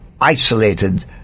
isolated